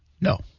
No